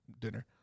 dinner